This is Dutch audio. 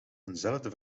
eenzelfde